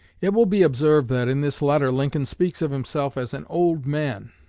it will be observed that, in this letter lincoln speaks of himself as an old man.